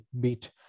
beat